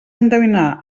endevinar